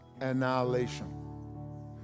annihilation